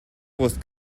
was